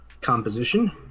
composition